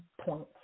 points